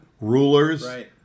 rulers